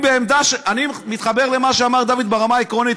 אני מתחבר למה שאמר דוד ברמה העקרונית,